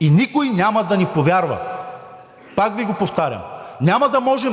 и никой няма да ни повярва. Пак Ви повтарям: